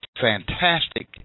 fantastic